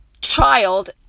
child